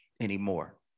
anymore